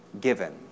given